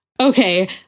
Okay